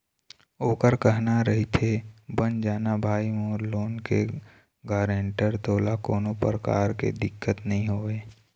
ओखर कहना रहिथे बन जाना भाई मोर लोन के गारेंटर तोला कोनो परकार के दिक्कत नइ होवय